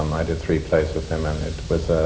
um i did three plays with him, and it was